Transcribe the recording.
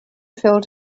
filled